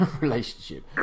relationship